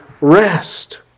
rest